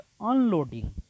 unloading